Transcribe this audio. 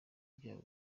byabo